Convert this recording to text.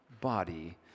body